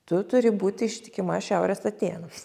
tu turi būti ištikima šiaurės atėnams